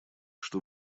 что